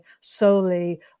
solely